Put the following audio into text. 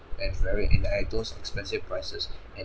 and it's very and I those expensive prices and